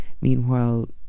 meanwhile